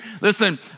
Listen